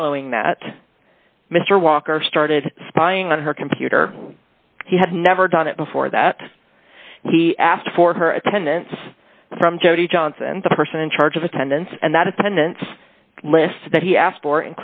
following that mr walker started spying on her computer he had never done it before that he asked for her attendance from jody johnson the person in charge of attendance and that attendance list that he asked for